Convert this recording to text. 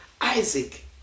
Isaac